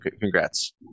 congrats